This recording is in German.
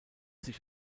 sich